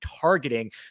targeting